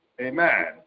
Amen